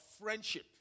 friendship